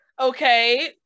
okay